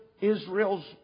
Israel's